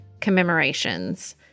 commemorations